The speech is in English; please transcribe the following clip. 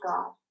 God